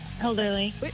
Elderly